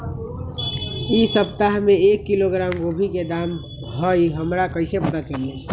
इ सप्ताह में एक किलोग्राम गोभी के दाम का हई हमरा कईसे पता चली?